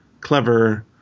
clever